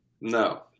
No